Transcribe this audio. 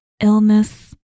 illness